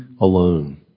alone